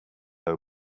are